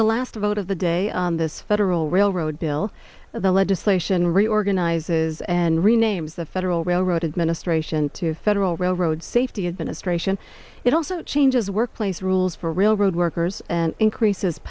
the last vote of the day on this federal railroad bill the legislation reorganizes and renames the federal railroad administration to federal railroad safety administration it also changes workplace rules for railroad workers and increases